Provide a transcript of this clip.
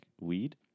weed